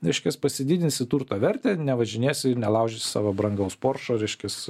reiškias pasididinsi turto vertę nevažinėsi ir nelaužysi savo brangaus poršo reiškias